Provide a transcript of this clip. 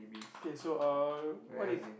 okay so uh what if